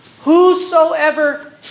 whosoever